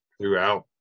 throughout